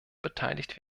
beteiligt